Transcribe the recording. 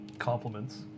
compliments